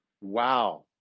Wow